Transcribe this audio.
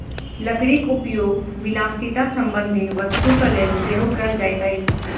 लकड़ीक उपयोग विलासिता संबंधी वस्तुक लेल सेहो कयल जाइत अछि